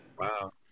Wow